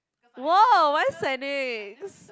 !wow! why Saint-Nick's